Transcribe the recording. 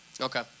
Okay